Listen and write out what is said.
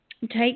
take